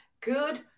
good